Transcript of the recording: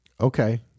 okay